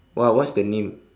wha~ what's the name